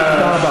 ההשוואה הזאת,